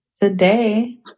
today